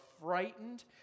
frightened